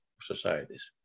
societies